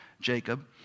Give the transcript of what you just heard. Jacob